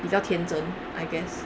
比较天真 I guess